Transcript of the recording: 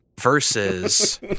versus